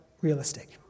realistic